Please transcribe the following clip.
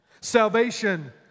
Salvation